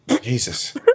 Jesus